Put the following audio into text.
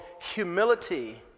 humility